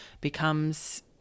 becomes